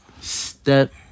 Step